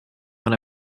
when